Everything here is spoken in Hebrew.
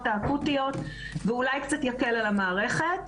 האקוטיות ואולי יקל קצת על המערכת.